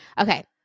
Okay